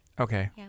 Okay